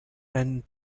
and